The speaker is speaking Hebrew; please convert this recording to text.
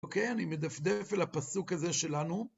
אוקיי, אני מדפדף על הפסוק הזה שלנו.